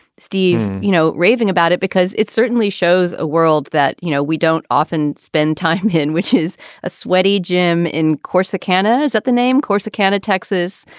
steve, you know, raving about it, because it certainly shows a world that, you know, we don't often spend time in, which is a sweaty gym in corsicana. is that the name? corsicana, texas,